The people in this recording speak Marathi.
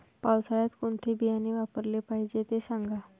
पावसाळ्यात कोणते बियाणे वापरले पाहिजे ते सांगा